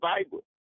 Bible